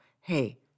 hey